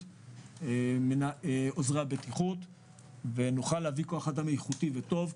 של עוזרי הבטיחות ונוכל להביא כוח אדם איכותי וטוב,